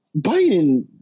Biden